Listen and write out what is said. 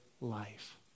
life